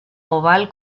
oval